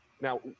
Now